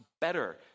better